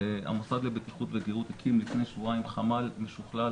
המוסד לבטיחות וגהות הקים לפני שבועיים חמ"ל משוכלל,